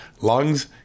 lungs